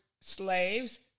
slaves